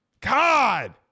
God